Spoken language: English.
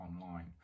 online